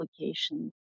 application